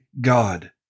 God